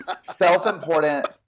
self-important